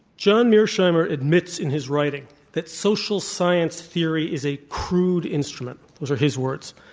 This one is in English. john mearsheimer admits in his writing that social science theory is a crude instrument. those are his words.